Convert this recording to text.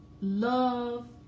love